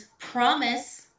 promise